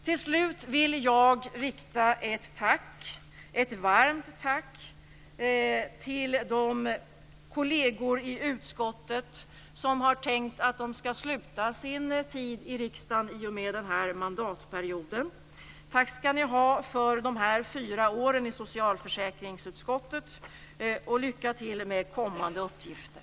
Jag vill rikta ett varmt tack till de kolleger i utskottet som har tänkt att de skall sluta sin tid i riksdagen i och med utgången av denna mandatperiod. Tack skall ni ha för dessa fyra år i socialförsäkringsutskottet. Lycka till med kommande uppgifter!